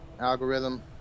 algorithm